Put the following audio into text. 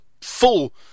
full